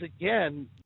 again